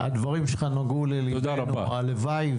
תודה רבה.